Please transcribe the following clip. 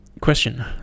question